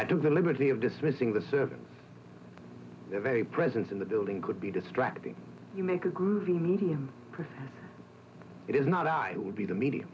i took the liberty of dismissing the servants the very presence in the building could be distracting you make a groovy media person it is not i would be the media